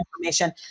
information